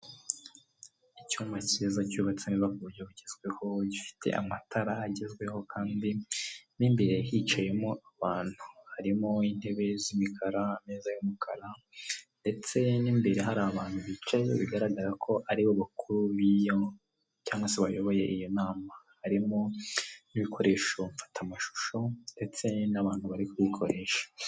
Icyuma cyiza cyubatse ku buryo bugezweho gifite amatara agezweho kandi n'imbere hicayemo abantu, harimo intebe z'imikara ameza y'umukara ndetse n'imbere hari abantu bicaye bigaragara ko aribo bakuru b''yo cyangwa se bayoboye iyo nama, harimo n'ibikoresho mfata mashusho ndetse n'abantu bari kubikoresha.